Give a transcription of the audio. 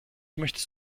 möchtest